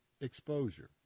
exposure